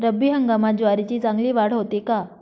रब्बी हंगामात ज्वारीची चांगली वाढ होते का?